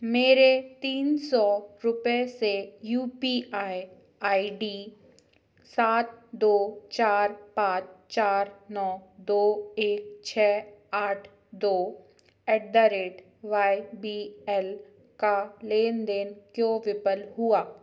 मेरे तीन सौ रुपये से U P I I D सात दो चार पाँच चार नौ दो एक छः आठ दो at the rate Y B L का लेन देन क्यों विफल हुआ